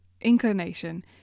inclination